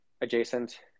adjacent